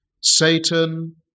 Satan